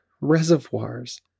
reservoirs